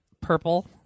Purple